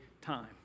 time